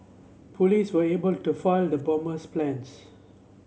police were able to foil the bomber's plans